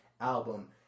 Album